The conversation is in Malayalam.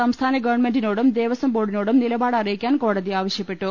സംസ്ഥാന ഗവൺമെന്റിനോടും ദേവസ്വം ബോർഡിനോടും നിലപാട് അറിയി ക്കാൻ കോടതി ആവശ്യപ്പെട്ടു